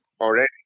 already